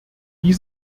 die